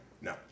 No